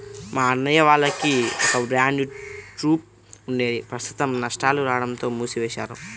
మా అన్నయ్య వాళ్లకి ఒక బ్యాండ్ ట్రూప్ ఉండేది ప్రస్తుతం నష్టాలు రాడంతో మూసివేశారు